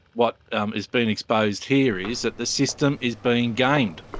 what um is being exposed here is that the system is being gamed.